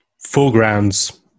foregrounds